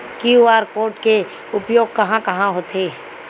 QR code के उपयोग कहां कहां होथे?